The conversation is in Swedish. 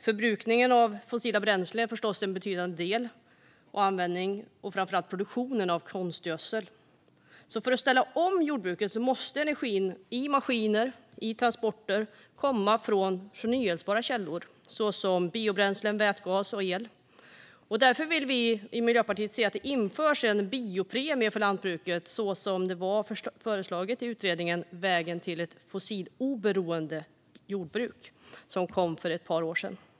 Förbrukningen av fossila bränslen är förstås en betydande del, framför allt i produktionen av konstgödsel. För att ställa om jordbruket måste energin i maskiner och transporter komma från förnybara källor, såsom biobränslen, vätgas och el. Därför vill vi i Miljöpartiet se att det införs en biopremie för lantbruket, vilket föreslogs i utredningen Vägen mot fossil oberoende jordbruk , som kom för ett par år sedan.